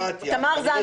--- דמוקרטיה,